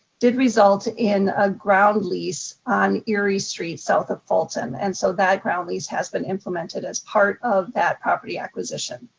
did result in a ground lease on erie street south of fulton. and so that ground lease has been implemented as part of that property acquisition.